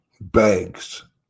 banks